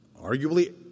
Arguably